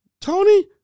Tony